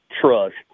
trust